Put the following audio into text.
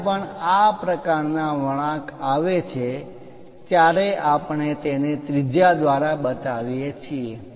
જ્યારે પણ આ પ્રકારના વળાંક આવે છે ત્યારે આપણે તેને ત્રિજ્યા દ્વારા બતાવીએ છીએ